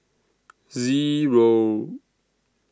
Zero